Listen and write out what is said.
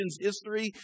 history